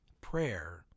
Prayer